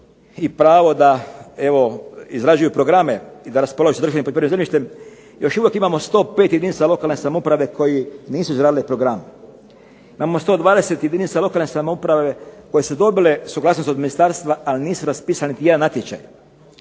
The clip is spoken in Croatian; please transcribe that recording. i pravo da izrađuju programe i da raspolažu …/Govornik se ne razumije./… poljoprivrednim zemljištem. Još uvijek imamo 105 jedinica lokalne samouprave koje nisu izradile programe. Imamo 120 jedinica lokalne samouprave koje su dobile suglasnost od ministarstva, ali nisu raspisale niti jedan natječaj.